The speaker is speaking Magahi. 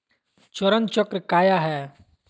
चरण चक्र काया है?